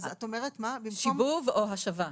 כלומר זה צריך להיות "שיבוב או השבה",